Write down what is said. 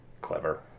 Clever